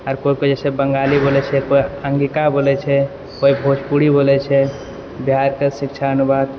आओर कोइ कोइ जे छै बंगाली बोलै छै कोइ अंगिका बोलै छै कोइ भोजपूरी बोलै छै बिहारके शिक्षा अनुवाद